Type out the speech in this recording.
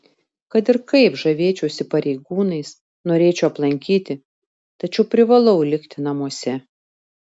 kad ir kaip žavėčiausi pareigūnais norėčiau aplankyti tačiau privalau likti namuose